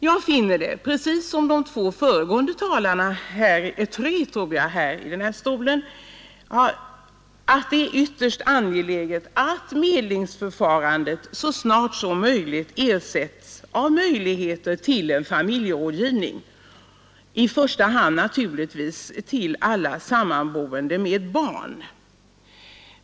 Jag finner det, precis som de tre föregående talarna, ytterst angeläget att medlingsförfarandet så snart som möjligt e öjligheter till en familjerådgivning — i första hand naturligtvis för alla sammanboende med barn.